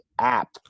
app